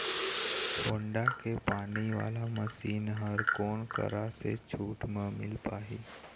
Honda के पानी वाला मशीन हर कोन करा से छूट म मिल पाही?